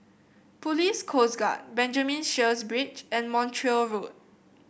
Police Coast Guard Benjamin Sheares Bridge and Montreal Road